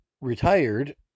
retired